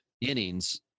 innings